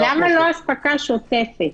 למה לא "אספקה שוטפת"?